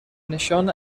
نشان